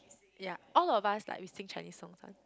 ya all of us like we sing Chinese songs [one]